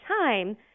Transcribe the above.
time